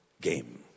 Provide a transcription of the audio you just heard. game